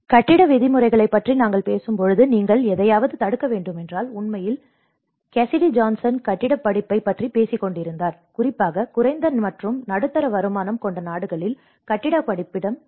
கட்டிட விதிமுறைகளைப் பற்றி நாங்கள் பேசும்போது நீங்கள் எதையாவது தடுக்க வேண்டுமென்றால் உண்மையில் காசிடி ஜான்சன் கட்டிடப் படிப்பைப் பற்றி பேசிக் கொண்டிருந்தார் குறிப்பாக குறைந்த மற்றும் நடுத்தர வருமானம் கொண்ட நாடுகளில் கட்டிடப் படிப்பின் தேவை